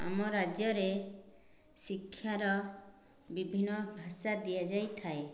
ଆମ ରାଜ୍ୟରେ ଶିକ୍ଷାର ବିଭିନ୍ନ ଭାଷା ଦିଆଯାଇଥାଏ